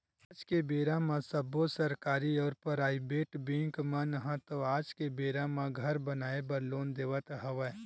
आज के बेरा म सब्बो सरकारी अउ पराइबेट बेंक मन ह तो आज के बेरा म घर बनाए बर लोन देवत हवय